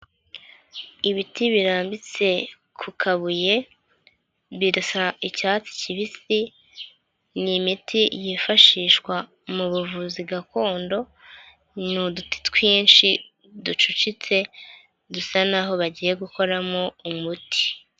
Ibiti birambitse ku kabuye birasa icyatsi kibisi ni imiti yifashishwa mu buvuzi gakondo. Ni uduti twinshi ducucitse dusa naho bagiye gukoramo umuti.